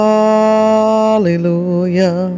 Hallelujah